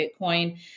Bitcoin